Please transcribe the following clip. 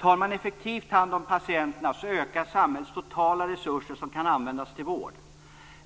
Om man effektivt tar hand om patienterna ökar samhällets totala resurser som kan användas till vård.